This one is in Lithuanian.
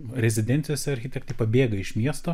rezidencijose architektai pabėga iš miesto